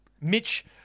Mitch